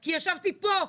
כי ישבתי פה,